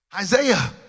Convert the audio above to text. Isaiah